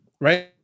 right